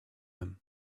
him